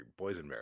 boysenberry